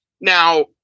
Now